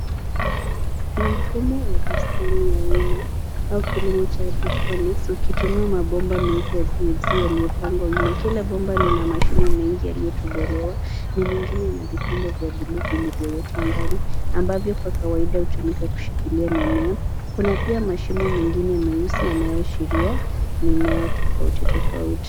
Ni mfumo wa bustani wa wima, au kilimo cha hydroponics ukitumia mabomba meupe ya PVC yaliyopangwa wima. Kila bomba lina mashimo mengi yaliyotobolewa na mengine na vikombe vya bluu vilivyowekwa ndani ambavyo kwa kawaida hutumika kushikilia mimea. Kuna pia mashimo mengine meusi yanaashiria mimea tofauti tofauti.